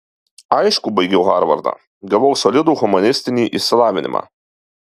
aišku baigiau harvardą gavau solidų humanistinį išsilavinimą